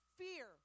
fear